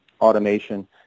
automation